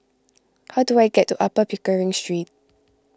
how do I get to Upper Pickering Street